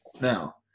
Now